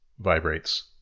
vibrates